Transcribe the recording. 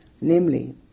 Namely